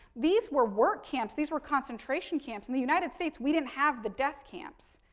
these were work camps, these were concentration camps. in the united states, we didn't have the death camps.